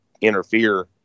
interfere